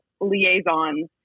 liaisons